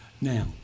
Now